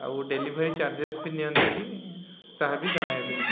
ଆଉ delivery charges ବି ନିଅନ୍ତି କିି ତାହା ବି ଜଣାଇବେ